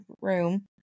room